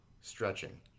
Stretching